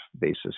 basis